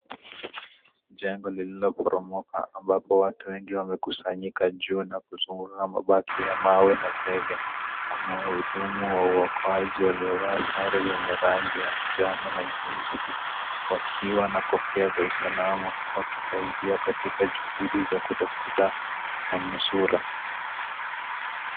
Jengo lililoporomoka ambapo watu wengi wamekusanyika juu na kuzunguka mabaki ya mawe na zege. Kuna wahudumu wa uokoaji waliovaa sare zenye rangi ya njano na nyeusi wakiwa na kofia za usalama wa kitaifa katika juhudi za kutafuta manusura.